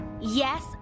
Yes